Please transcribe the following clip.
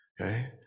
okay